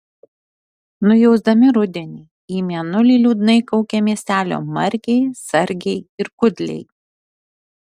nujausdami rudenį į mėnulį liūdnai kaukė miestelio margiai sargiai ir kudliai